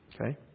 Okay